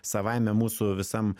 savaime mūsų visam